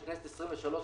של הכנסת ה-23,